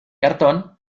cartón